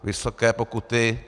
Vysoké pokuty.